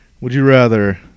Would-you-rather